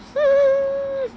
hmm